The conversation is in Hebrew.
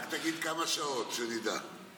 רק תגיד כמה שעות, שנדע.